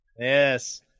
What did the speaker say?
Yes